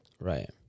Right